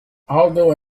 aldo